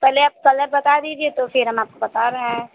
पहले आप कलर बता दीजिए तो फ़िर हम आपको बता रहे हैं